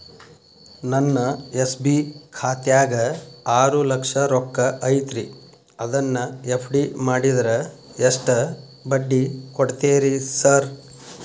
ನನ್ನ ಎಸ್.ಬಿ ಖಾತ್ಯಾಗ ಆರು ಲಕ್ಷ ರೊಕ್ಕ ಐತ್ರಿ ಅದನ್ನ ಎಫ್.ಡಿ ಮಾಡಿದ್ರ ಎಷ್ಟ ಬಡ್ಡಿ ಕೊಡ್ತೇರಿ ಸರ್?